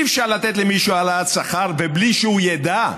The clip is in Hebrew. אי-אפשר לתת למישהו העלאת שכר ובלי שהוא ידע,